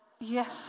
Yes